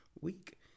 week